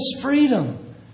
freedom